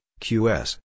QS